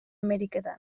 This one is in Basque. ameriketan